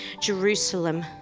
Jerusalem